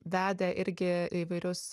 vedę irgi įvairius